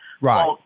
Right